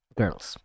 girls